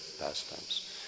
pastimes